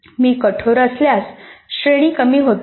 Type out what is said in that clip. मी कठोर असल्यास श्रेणी कमी होतील